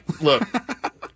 Look